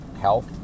health